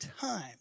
time